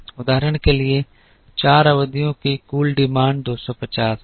उदाहरण के लिए चार अवधियों की कुल मांग 250 है